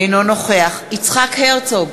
אינו נוכח יצחק הרצוג,